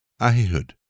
Ahihud